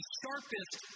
sharpest